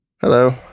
Hello